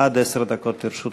עד עשר דקות לרשותך.